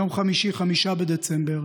ביום חמישי, 5 בדצמבר,